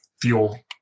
fuel